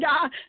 God